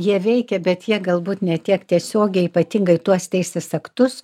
jie veikia bet jie galbūt ne tiek tiesiogiai ypatingai tuos teisės aktus